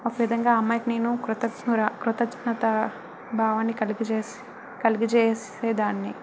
ఒక విధంగా ఆ అమ్మాయికి నేను కృతజ్ఞురా కృతజ్ఞత భావాన్ని కలుగచేసి కలుగచేసే దాన్ని